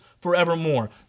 forevermore